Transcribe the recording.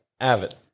avid